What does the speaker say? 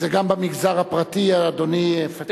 גם במגזר הפרטי אדוני יפצה?